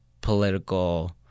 political